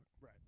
Right